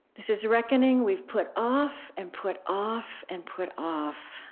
this is reckoning we've put off and put off and put off.